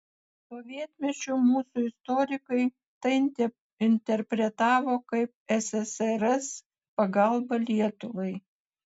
sovietmečiu mūsų istorikai tai interpretavo kaip ssrs pagalbą lietuvai